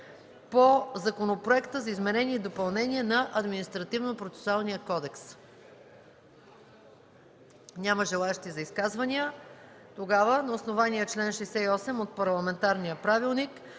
по Законопроекта за изменение и допълнение на Административнопроцесуалния кодекс? Няма желаещи за изказвания. На основание чл. 68 от парламентарния правилник